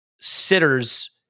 sitters